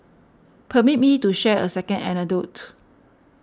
permit me to share a second anecdote